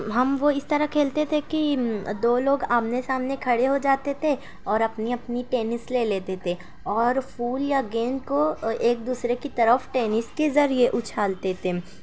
ہم وہ اس طرح کھیلتے تھے کہ دو لوگ آمنے سامنے کھڑے ہو جاتے تھے اور اپنی اپنی ٹینس لے لیتے تھے اور پھول یا گیند کو ایک دوسرے کی طرف ٹینس کے ذریعے اچھالتے تھے